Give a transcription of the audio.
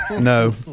No